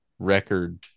record